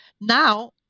Now